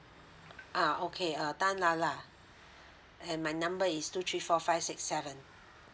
uh okay err tan lala and my number is two three four five six seven